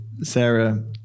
Sarah